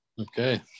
Okay